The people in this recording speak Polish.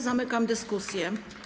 Zamykam dyskusję.